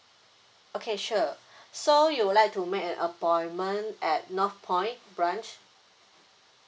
okay sure so you would like to make an appointment at northpoint branch